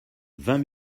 vingt